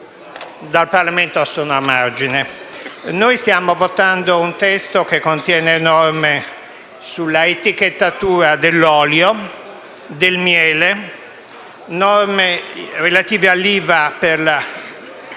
dal Parlamento sono a margine): stiamo votando un testo che contiene norme sull'etichettatura dell'olio e del miele; norme relative all'IVA per il